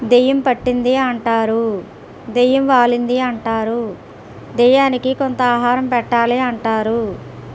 దయ్యం పట్టింది అంటారు దయ్యం వాలింది అంటారు దయ్యానికి కొంత ఆహారం పెట్టాలి అంటారు